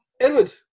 Edward